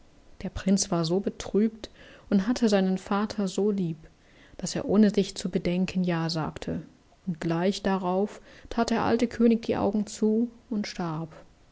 der prinz war so betrübt und hatte seinen vater so lieb daß er ohne sich zu bedenken ja sagte und gleich darauf that der alte könig die augen zu und starb